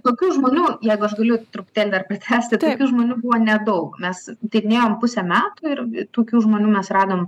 tokių žmonų jeigu aš galiu truputėlį dar pratęsti tokių žmonių buvo nedaug mes tyrinėjom pusę metų ir tokių žmonių mes radom